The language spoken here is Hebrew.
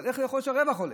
איך יכול להיות שהרווח עולה?